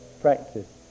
practice